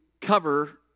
cover